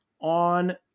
on